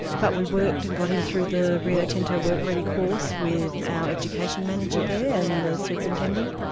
but we worked, and got him through the rio tinto work ready course with our education manager there, and the superintendent.